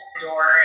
door